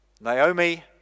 Naomi